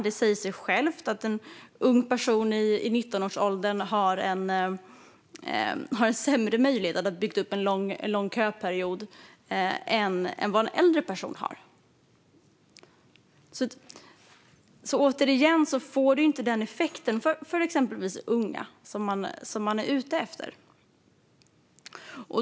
Det säger sig självt att en ung person i 19-årsåldern har sämre möjlighet att ha byggt upp en lång kötid än vad en äldre person har. Återigen får stödet inte den effekt för exempelvis unga som man är ute efter.